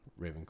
Ravenclaw